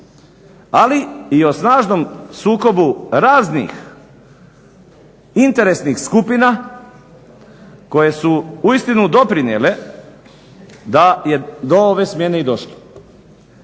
ali i o snažnom sukobu raznih interesnih skupina koje su uistinu doprinijele da je do ove smjene i došlo.